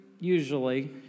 usually